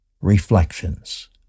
reflections